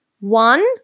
one